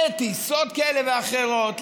לטיסות כאלה ואחרות,